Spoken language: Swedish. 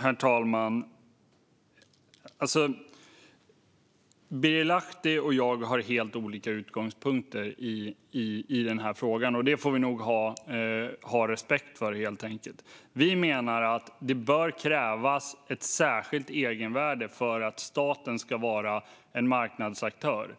Herr talman! Birger Lahti och jag har helt olika utgångspunkter i den här frågan. Det får vi nog helt enkelt ha respekt för. Vi menar att det bör krävas ett särskilt egenvärde för att staten ska vara en marknadsaktör.